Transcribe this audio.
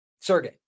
Sergey